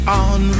on